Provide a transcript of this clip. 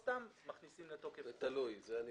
תלוי, אני לא בטוח שאתה צודק.